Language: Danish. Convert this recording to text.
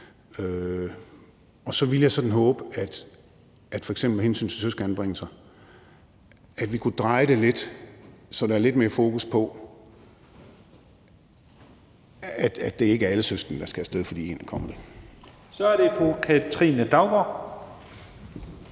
Og så ville jeg sådan håbe, at vi f.eks. med hensyn til søskendeanbringelser kunne dreje det lidt, så der kom lidt mere fokus på, at det ikke er alle søskende, der skal af sted, fordi en kommer det. Kl. 15:03 Første